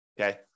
okay